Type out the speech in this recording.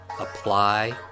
apply